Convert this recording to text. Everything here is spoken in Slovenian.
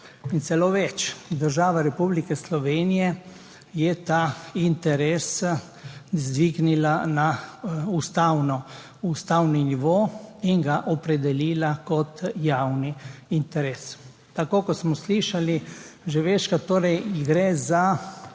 Celo več, država Republike Slovenije je ta interes dvignila na ustavni nivo in ga opredelila kot javni interes, tako kot smo slišali že večkrat, gre za povezovanje